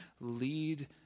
lead